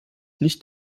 nicht